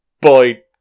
boy